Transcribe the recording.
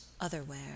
otherwhere